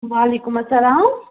وعلیکُم اسلام